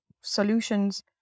solutions